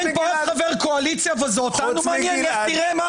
אין פה אף חבר קואליציה ואותנו מעניין רק ביבי.